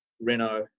Renault